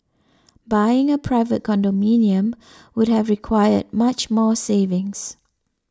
buying a private condominium would have required much more savings